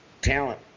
Talent